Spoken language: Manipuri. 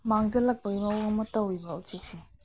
ꯃꯥꯡꯖꯤꯜꯂꯛꯄꯒꯤ ꯃꯑꯣꯡ ꯑꯃ ꯇꯧꯋꯦꯕ ꯎꯆꯦꯛꯁꯦ